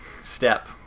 step